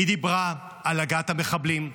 היא דיברה על הגעת המחבלים,